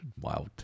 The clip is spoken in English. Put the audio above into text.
wow